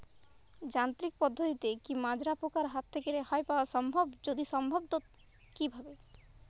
যান্ত্রিক পদ্ধতিতে কী মাজরা পোকার হাত থেকে রেহাই পাওয়া সম্ভব যদি সম্ভব তো কী ভাবে?